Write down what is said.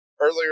earlier